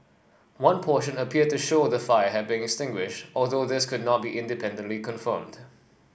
one portion appeared to show the fire had been extinguished although this could not be independently confirmed